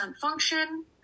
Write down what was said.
function